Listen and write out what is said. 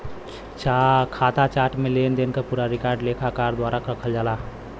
खाता चार्ट में लेनदेन क पूरा रिकॉर्ड लेखाकार द्वारा रखल जाला